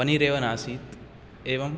पनीर् एव नासीत् एवम्